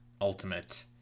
Ultimate